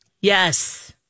Yes